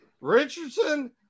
Richardson